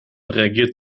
reagiert